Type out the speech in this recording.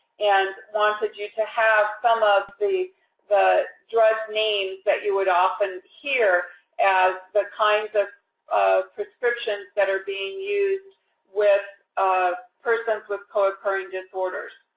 and wanted you to have some of the the drug names that you would often hear as the kinds of of prescriptions that are being used with persons with co-occurring disorders.